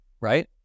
right